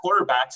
quarterbacks